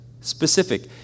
Specific